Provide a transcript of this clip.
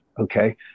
okay